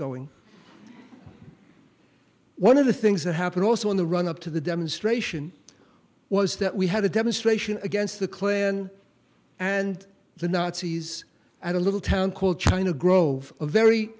going one of the things that happened also in the run up to the demonstration was that we had a demonstration against the clarion and the nazis at a little town called china grove very